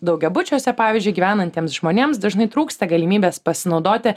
daugiabučiuose pavyzdžiui gyvenantiems žmonėms dažnai trūksta galimybės pasinaudoti